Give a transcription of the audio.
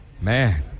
Man